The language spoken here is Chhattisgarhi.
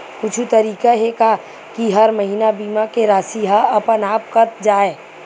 कुछु तरीका हे का कि हर महीना बीमा के राशि हा अपन आप कत जाय?